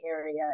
area